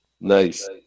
Nice